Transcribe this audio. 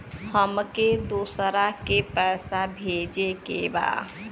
हमके दोसरा के पैसा भेजे के बा?